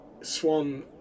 Swan